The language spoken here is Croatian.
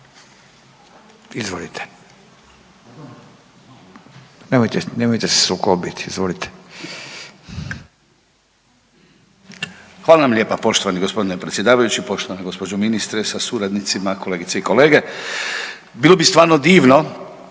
Izvolite. **Dretar, Davor (DP)** Hvala vam lijepa poštovani g. predsjedavajući, poštovani gđo. ministre sa suradnicima, kolegice i kolege. Bilo bi stvarno divno